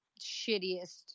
shittiest